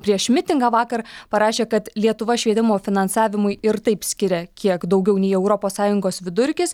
prieš mitingą vakar parašė kad lietuva švietimo finansavimui ir taip skiria kiek daugiau nei europos sąjungos vidurkis